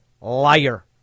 liar